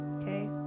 okay